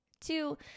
two